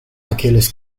aqueles